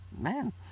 Man